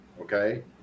okay